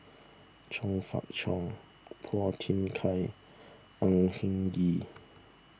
Chong Fah Cheong Phua Thin Kiay Au Hing Yee